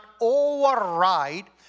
override